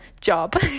job